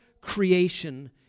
creation